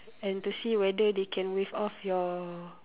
and to see whether they can waive off your